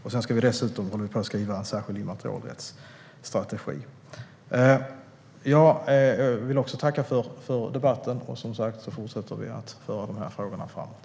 Vi håller dessutom på att skriva en särskild immaterialrättsstrategi. Jag vill tacka för debatten. Vi fortsätter att föra dessa frågor framåt.